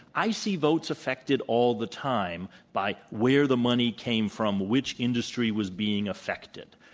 i see votes affected all the time by where the money came from, which industry was being affected.